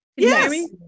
Yes